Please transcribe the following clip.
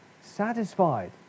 satisfied